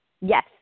Yes